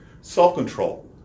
self-control